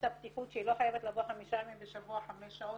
הפתיחות שהיא לא חייבת לבוא חמש פעמים בשבוע חמש שעות,